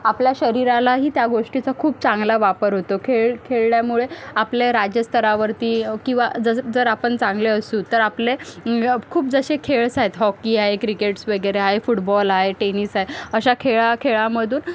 आपल्या शरीरालाही त्या गोष्टीचा खूप चांगला वापर होतो खेळ खेळल्यामुळे आपल्या राज्यस्तरावरती किंवा जसं जर आपण चांगले असू तर आपले खूप जसे खेळस आहेत हॉकी आहे क्रिकेट्स वगैरे आहे फुटबॉल आहे टेनिस आहे अशा खेळा खेळामधून